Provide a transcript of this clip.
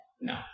No